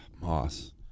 Moss